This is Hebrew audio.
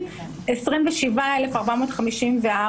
27,454,